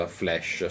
flash